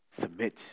submit